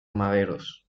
maderos